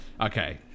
Okay